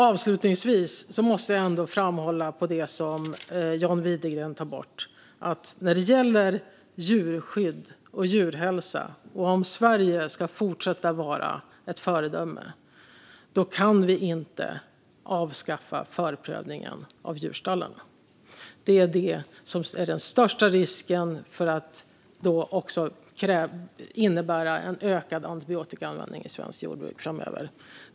Avslutningsvis måste jag ändå framhålla, när det gäller det som John Widegren tar upp, att om Sverige ska fortsätta att vara ett föredöme när det gäller djurskydd och djurhälsa kan vi inte avskaffa förprövningen av djurstallarna. Det skulle innebära den största risken för en ökad antibiotikaanvändning i svenskt jordbruk framöver.